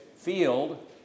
field